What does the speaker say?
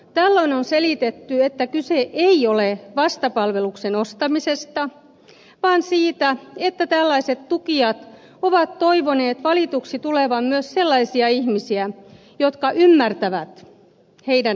tällöin on selitetty että kyse ei ole vastapalveluksen ostamisesta vaan siitä että tällaiset tukijat ovat toivoneet valituiksi tulevan myös sellaisia ihmisiä jotka ymmärtävät heidän näkemyksiään